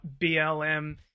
BLM